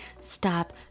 stop